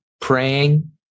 praying